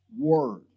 word